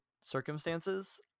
circumstances